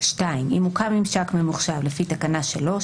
אם הוקם ממשק ממוחשב לפי תקנה 3,